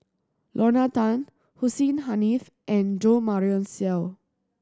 Lorna Tan Hussein Haniff and Jo Marion Seow